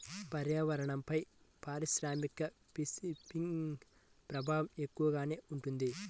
పర్యావరణంపైన పారిశ్రామిక ఫిషింగ్ ప్రభావం ఎక్కువగానే ఉంటుంది